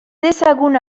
dezagun